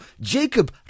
Jacob